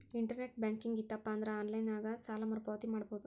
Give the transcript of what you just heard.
internet banking ಇತ್ತಪಂದ್ರಾ online ನ್ಯಾಗ ಸಾಲ ಮರುಪಾವತಿ ಮಾಡಬೋದು